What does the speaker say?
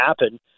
happen